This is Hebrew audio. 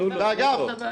אגב,